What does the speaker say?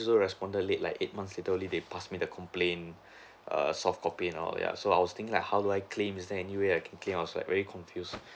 also responded late like eight months later only they passed me the complain a soft copy and all ya so I was thinking like how do I claim is there any way I can claim I was like very confused